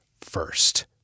first